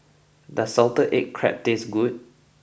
does Salted Egg Crab taste good